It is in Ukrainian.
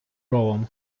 ровом